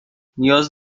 نیاز